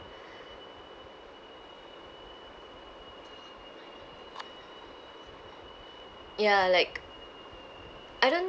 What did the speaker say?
ya like I don't